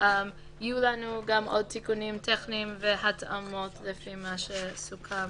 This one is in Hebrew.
יהיו לנו עוד תיקונים טכניים והתאמות לפי מה שסוכם